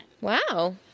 Wow